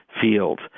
field